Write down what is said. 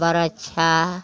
बरईछा